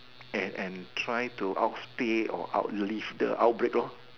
and and try to outstay or outlive the outbreak lor